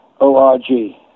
O-R-G